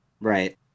Right